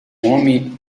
homem